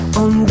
on